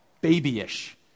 babyish